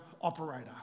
operator